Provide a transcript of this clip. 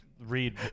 read